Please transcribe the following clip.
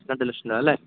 രണ്ട് ലക്ഷം രൂപ അല്ലേ